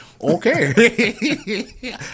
Okay